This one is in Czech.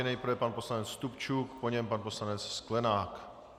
Nejprve pan poslanec Stupčuk, po něm pan poslanec Sklenák.